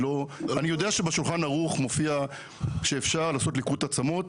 אני יודע שבשולחן ערוך מופיע שאפשר לעשות ליקוט עצמות,